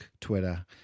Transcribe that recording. Twitter